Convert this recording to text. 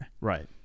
Right